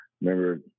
remember